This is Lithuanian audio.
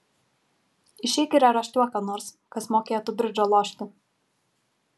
išeik ir areštuok ką nors kas mokėtų bridžą lošti